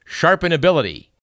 sharpenability